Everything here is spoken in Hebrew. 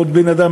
עוד בן-אדם,